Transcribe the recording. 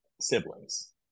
siblings